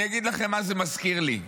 אני אגיד לכם מה זה מזכיר לי?